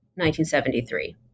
1973